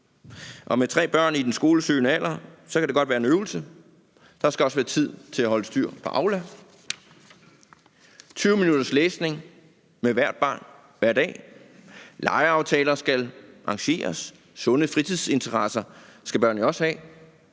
og med tre børn i den skolesøgende alder kan det godt være en øvelse. Der skal også være tid til at holde styr på Aula og 20 minutters læsning med hvert barn hver dag. Legeaftaler skal arrangeres. Sunde fritidsinteresser skal børn jo også have.